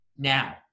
Now